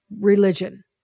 religion